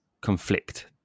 conflict